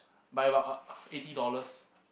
by about a eighty dollars